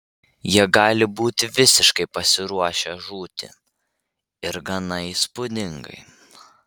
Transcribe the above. jie gali būti visiškai pasiruošę žūti ir gana įspūdingai